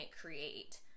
create